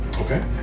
Okay